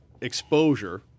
exposure